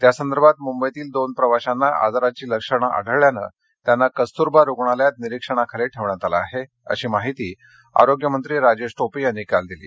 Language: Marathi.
त्यासंदर्भात मुंबईतील दोन प्रवाशांना आजाराची लक्षणे आढळल्यानं त्यांना कस्तुरबा रुग्णालयात निरीक्षणाखाली ठेवण्यात आलं आहे अशी माहिती आरोग्यमंत्री राजेश टोपे यांनी काल दिली